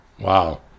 Wow